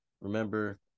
remember